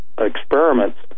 experiments